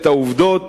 את העובדות